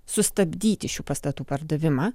sustabdyti šių pastatų pardavimą